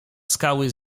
skały